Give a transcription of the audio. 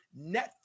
Netflix